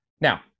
Now